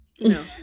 no